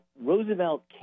Roosevelt